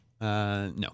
No